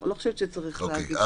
אני לא חושבת שצריך להגיד פה משהו